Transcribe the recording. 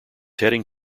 heading